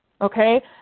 okay